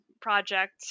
project